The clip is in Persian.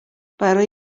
برای